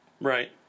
Right